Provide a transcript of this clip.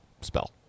Spell